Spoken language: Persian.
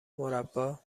مربّا